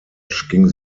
ging